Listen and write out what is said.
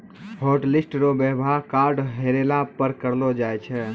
hotlist रो वेवहार card हेरैला पर करलो जाय छै